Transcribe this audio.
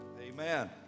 Amen